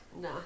Nah